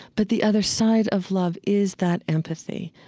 but the other side of love is that empathy.